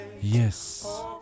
Yes